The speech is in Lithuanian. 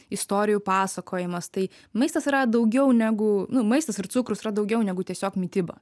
istorijų pasakojimas tai maistas yra daugiau negu nu maistas ir cukrus yra daugiau negu tiesiog mityba